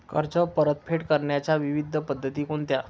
कर्ज परतफेड करण्याच्या विविध पद्धती कोणत्या?